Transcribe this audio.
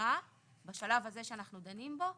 ההגדרה בשלב הזה שאנחנו דנים בו,